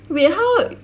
wait how